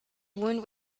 wound